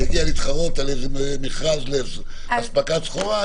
שיגיע להתחרות על מכרז לאספקת סחורה,